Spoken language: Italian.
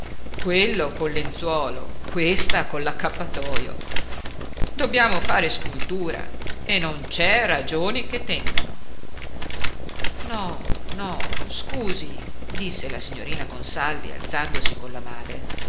quello col lenzuolo questa con l'accappatojo dobbiamo fare scultura e non c'è ragioni che tengano no no scusi disse la signorina consalvi alzandosi con la madre